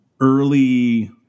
early